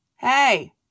Hey